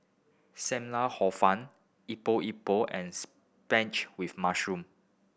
Sam Lau Hor Fun Epok Epok and spinach with mushroom